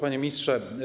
Panie Ministrze!